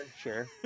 Sure